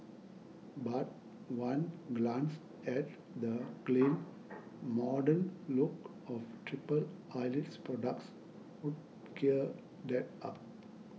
but one glance at the clean modern look of Triple Eyelid's products would clear that up